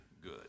good